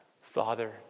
Father